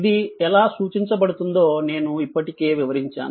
ఇది ఎలా సూచించబడుతుందో నేను ఇప్పటికే వివరించాను